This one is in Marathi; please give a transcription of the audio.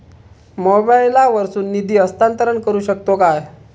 मोबाईला वर्सून निधी हस्तांतरण करू शकतो काय?